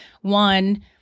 one